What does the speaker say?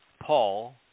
Paul